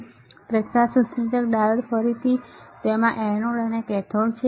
તેથી આ પ્રકાશ ઉત્સર્જક ડાયોડ છે ફરીથી તેમાં એનોડ અને કેથોડ છે